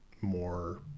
more